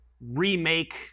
remake